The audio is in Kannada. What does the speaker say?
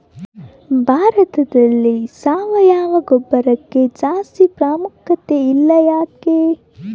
ಭಾರತದಲ್ಲಿ ಸಾವಯವ ಗೊಬ್ಬರಕ್ಕೆ ಜಾಸ್ತಿ ಪ್ರಾಮುಖ್ಯತೆ ಇಲ್ಲ ಯಾಕೆ?